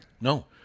No